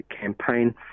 campaign